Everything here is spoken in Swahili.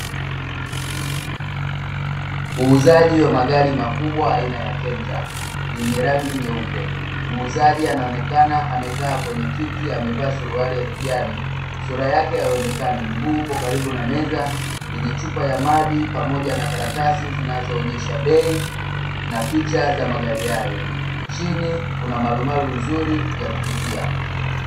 Uuzaji wa magari makubwa aina ya kenta, yenye rangi nyeupe. Muuzaji anaonekana amekaa kwenye kiti amevaa suruali ya kijani, sura yake haionekani, mguu upo karibu na meza yenye chupa ya maji pamoja na karatasi zinazoonyesha bei na picha za magari hayo. Chini kuna marumaru nzuri ya kuvutia.